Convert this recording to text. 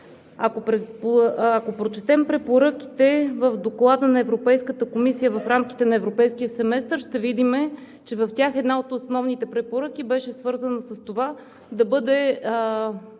ако прочетем препоръките в Доклада на Европейската комисия в рамките на Европейския семестър, ще видим, че в тях една от основните препоръки беше свързана с това да бъде